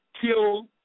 kill